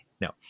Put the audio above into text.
No